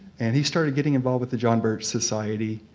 and he started getting involved with the john birch society.